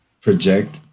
project